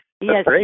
Yes